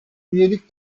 üyelik